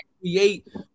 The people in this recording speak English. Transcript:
create